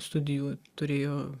studijų turėjo